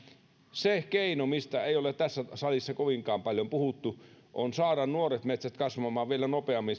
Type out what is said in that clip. se keino mistä ei ole tässä salissa kovinkaan paljon puhuttu on saada nuoret metsät kasvamaan vielä nopeammin